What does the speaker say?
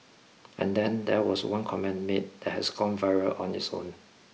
and then there was one comment made that has gone viral on its own